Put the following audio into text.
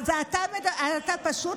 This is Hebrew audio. את יודעת מי פועל